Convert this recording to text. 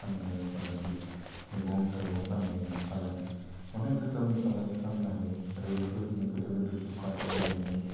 फान्नायनि फालांगि मैगं थाइगं फान्नायनि फालांगि अनेख रोखोमनि फालांगि खालामनो हायो आरो बेफोरबायदिनो गोदो गोदो दुखान खुलिनानै